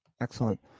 excellent